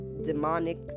demonic